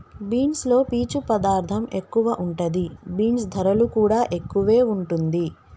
beans లో పీచు పదార్ధం ఎక్కువ ఉంటది, బీన్స్ ధరలు కూడా ఎక్కువే వుంటుంది